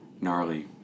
gnarly